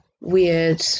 weird